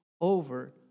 over